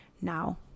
Now